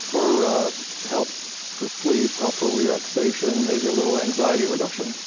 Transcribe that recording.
for help for sleep, help for relaxation, maybe a little anxiety reduction.